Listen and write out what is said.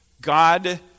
God